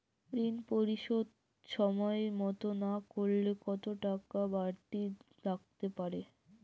ঋন পরিশোধ সময় মতো না করলে কতো টাকা বারতি লাগতে পারে?